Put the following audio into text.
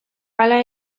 hala